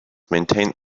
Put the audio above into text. maintained